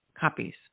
copies